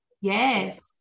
Yes